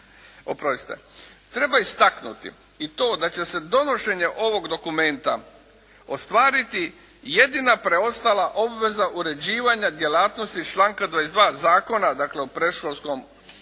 Treba istaknuti i to da će se donošenjem ovog dokumenta ostvariti jedina preostala obveza uređivanja djelatnosti iz članka 22. zakona, dakle o predškolskoj